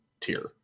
tier